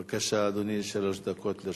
בבקשה, אדוני, שלוש דקות לרשותך.